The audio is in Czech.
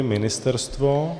Ministerstvo?